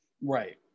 Right